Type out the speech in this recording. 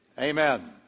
Amen